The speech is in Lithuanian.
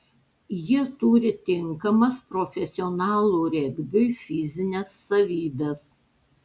jie turi tinkamas profesionalų regbiui fizines savybes